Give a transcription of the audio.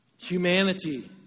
Humanity